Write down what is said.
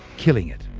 killing it.